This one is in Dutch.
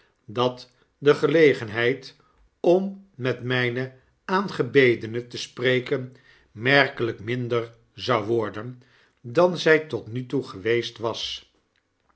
dat de gelegenheid om met mijne aangebedene te sprelen merkelyk minder zou worden dan zy tot nu toe geweest was